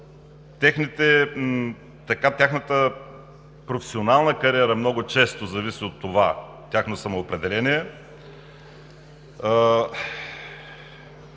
Тяхната професионална кариера много често зависи от това тяхно самоопределение.